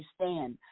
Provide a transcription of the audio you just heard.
understand